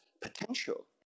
potential